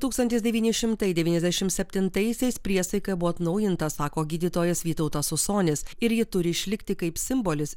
tūkstantis devyni šimtai devyniasdešimt septyntaisiais priesaika buvo atnaujinta sako gydytojas vytautas usonis ir ji turi išlikti kaip simbolis